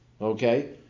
Okay